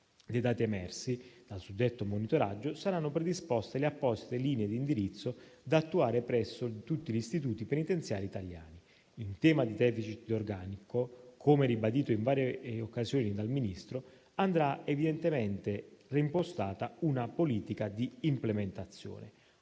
dei dati emersi dal suddetto monitoraggio saranno predisposte le apposite linee di indirizzo da attuare presso tutti gli istituti penitenziari italiani. In tema di *deficit* di organico - come ribadito in varie occasioni dal Ministro - andrà evidentemente reimpostata una politica di implementazione.